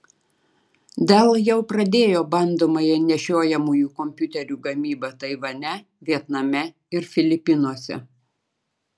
dell jau pradėjo bandomąją nešiojamųjų kompiuterių gamybą taivane vietname ir filipinuose